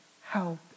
help